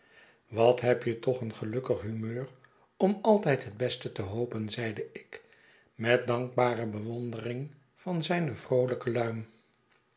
wat heb je toch een gelukkig humeur om altijd het beste te hopenl zeide ik met dankbare bewondering van zijne vroolijke luim